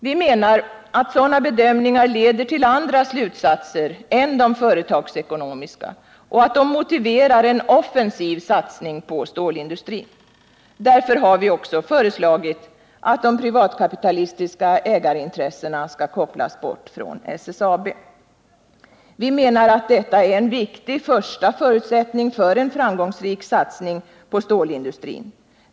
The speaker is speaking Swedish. Vi menar att sådana bedömningar leder till andra slutsatser än de företagsekonomiska och motiverar en offensiv satsning på stålindustrin. Därför har vi också föreslagit att de privatkapitalistiska ägarintressena skall kopplas bort från SSAB. Vi menar att det är en viktig första förutsättning för en framgångsrik satsning på stålindustrin.